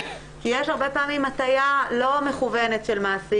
כי הרבה פעמים יש הטעיה לא מכוונת של מעסיק,